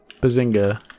Bazinga